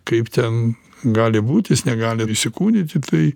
kaip ten gali būt jis negali įsikūnyt į tai